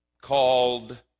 called